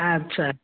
ଆଚ୍ଛା